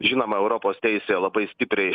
žinoma europos teisė labai stipriai